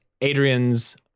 Adrian's